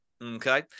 Okay